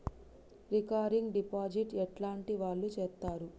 Recurring deposit ఎట్లాంటి వాళ్లు చేత్తరు?